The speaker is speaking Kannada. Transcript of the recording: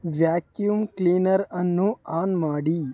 ವ್ಯಾಕ್ಯೂಮ್ ಕ್ಲೀನರ್ ಅನ್ನು ಆನ್ ಮಾಡಿ